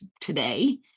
today